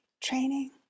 training